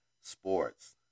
sports